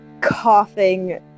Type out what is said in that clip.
coughing